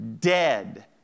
dead